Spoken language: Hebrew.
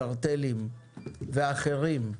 קרטלים ואחרים,